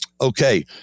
Okay